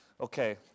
Okay